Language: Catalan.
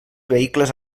vehicles